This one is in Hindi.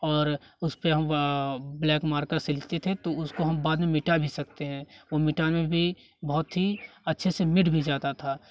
और उस पे हम ब्लैक मार्कर से लिखते थे तो उसको हम बाद में मिटा भी सकते हैं वो मिटाने में भी बहुत ही अच्छे से मिट भी जाता था